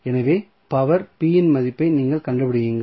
எனவே பவர் இன் மதிப்பை நீங்கள் கண்டுபிடிப்பீர்கள்